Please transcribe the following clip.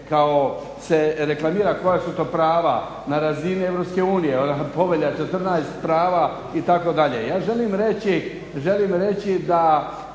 kao se reklamira koja su to prava na razini EU Povelja 14, prava itd. ja želim reći da